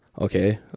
okay